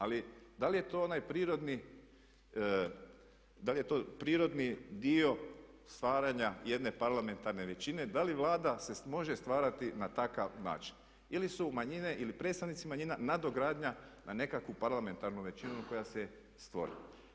Ali da li je to onaj prirodni, da li je to prirodni dio stvaranja jedne parlamentarne većine, da li Vlada se može stvarati na takav način ili su manjine ili predstavnici manjina nadogradnja na nekakvu parlamentarnu većinu koja se stvorila?